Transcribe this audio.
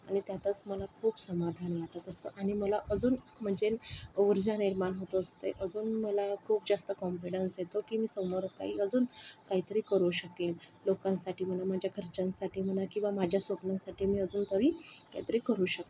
आणि त्यातच मला खूप समाधान वाटत असतं आणि मला अजून म्हणजे ऊर्जा निर्माण होत असते अजून मला खूप जास्त कॉन्फिडन्स येतो की मी समोर काही अजून काहीतरी करू शकेल लोकांसाठी म्हणा माझ्या घरच्यांसाठी म्हणा किंवा माझ्या स्वप्नांसाठी मी अजून काही काहीतरी करू शकते